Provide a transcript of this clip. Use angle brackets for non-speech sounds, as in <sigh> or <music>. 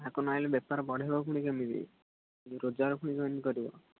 <unintelligible> ନଆସିଲେ ବେପାର ବଢ଼େଇବ ଫୁଣି କେମିତି ରୋଜଗାର ଫୁଣି <unintelligible> କରିବ